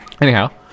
Anyhow